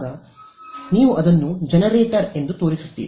ಆದ್ದರಿಂದ ನೀವು ಅದನ್ನು ಜನರೇಟರ್ ಎಂದು ತೋರಿಸುತ್ತೀರಿ